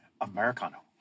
Americano